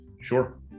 Sure